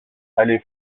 allée